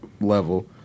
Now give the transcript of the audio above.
level